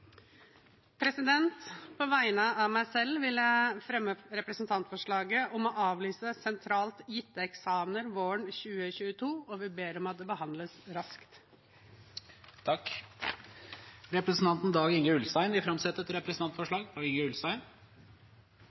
På vegne av meg selv vil jeg fremme et representantforslag om å avlyse sentralt gitte eksamener våren 2022 – og ber om at det behandles raskt. Representanten Dag Inge Ulstein vil framsette et representantforslag.